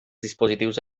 dispositius